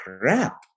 crap